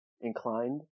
inclined